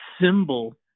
symbol